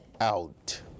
out